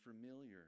familiar